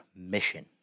mission